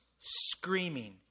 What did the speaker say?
screaming